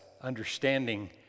understanding